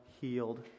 healed